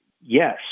yes